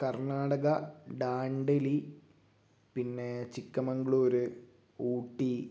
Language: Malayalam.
കർണാടക ഡാൻഡലി പിന്നെ ചിക്കമംഗളൂർ ഊട്ടി